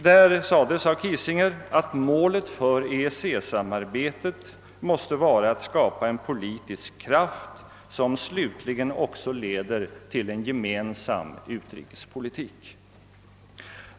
Kiesinger sade att målet för EEC-samarbetet måste vara att skapa en politisk kraft som slutligen också leder till en gemensam utrikespolitik.